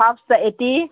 ꯍꯥꯐꯇ eighty